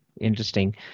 interesting